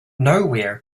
nowhere